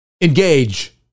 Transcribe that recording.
Engage